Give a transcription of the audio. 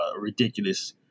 ridiculous